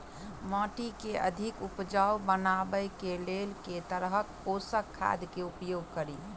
माटि केँ अधिक उपजाउ बनाबय केँ लेल केँ तरहक पोसक खाद केँ उपयोग करि?